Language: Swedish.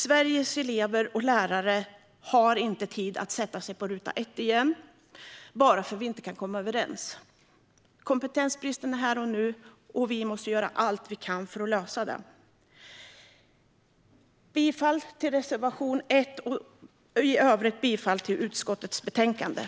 Sveriges elever och lärare har inte tid att sätta sig på ruta ett igen bara för att vi inte kan komma överens. Kompetensbristen är här och nu, och vi måste göra allt vi kan för att lösa den. Jag yrkar bifall till reservation 1, och i övrigt yrkar jag bifall till utskottets förslag i betänkandet.